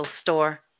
store